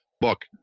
book